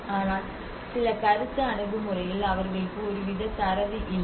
ஆனால் சில கருத்து அணுகுமுறையில் அவர்களுக்கு ஒருவித தரவு இல்லை